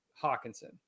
Hawkinson